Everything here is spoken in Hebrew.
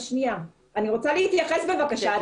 אני רוצה להתייחס בבקשה.